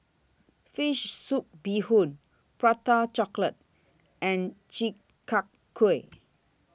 Fish Soup Bee Hoon Prata Chocolate and Chi Kak Kuih